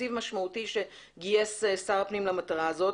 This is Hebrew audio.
תקציב משמעותי שגייס שר הפנים למטרה הזאת,